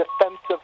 defensive